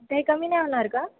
काही कमी नाही होणार का